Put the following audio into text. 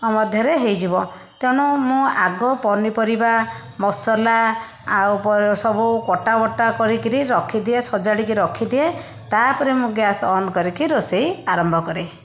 ମଧ୍ୟରେ ହେଇଯିବ ତେଣୁ ମୁଁ ଆଗ ପନିପରିବା ମସଲା ଆଉ ପ ସବୁ କଟାବଟା କରିକିରି ରଖିଦିଏ ସଜାଡ଼ିକି ରଖିଦିଏ ତା'ପରେ ମୁଁ ଗ୍ୟାସ୍ ଅନ୍ କରିକି ରୋଷେଇ ଆରମ୍ଭ କରେ